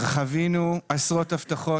חווינו עשרות הבטחות,